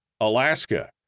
Alaska